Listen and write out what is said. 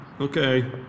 Okay